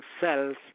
cells